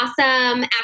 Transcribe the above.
awesome